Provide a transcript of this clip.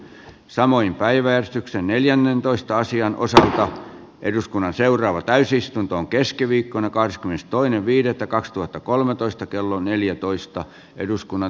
samoin päiväystyksen neljännentoista asian osaa eduskunnan seuraava täysistuntoon keskiviikkona kahdeskymmenestoinen viidettä kaksituhattakolmetoista kello neljätoista tarkasti huomioon